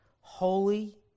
holy